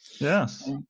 Yes